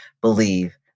believe